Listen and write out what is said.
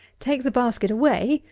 take the basket away,